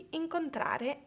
incontrare